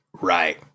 Right